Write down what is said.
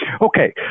Okay